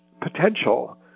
potential